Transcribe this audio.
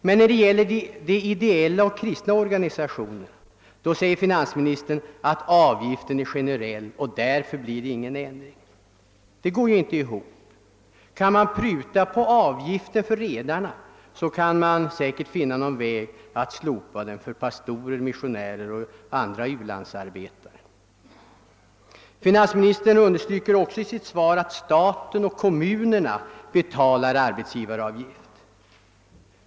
Men när det gäller de ideella och kristna organisationerna säger finansministern att avgiften är generell, och därför blir det ingen ändring. Det går ju inte ihop. Kan man pruta på avgiften för redarna, så kan man säkerligen finna någon väg att slopa den för pastorer, missionärer och andra u-landsarbetare. Finansministern understryker vidare i sitt svar att staten och kommunerna betalar arbetsgivaravgift.